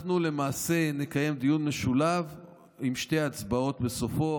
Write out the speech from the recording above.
למעשה נקיים דיון משולב עם הצבעות בסופו,